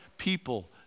people